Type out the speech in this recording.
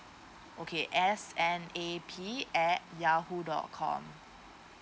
okay S_N_A_P at yahoo dot com